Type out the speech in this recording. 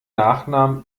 nachnamen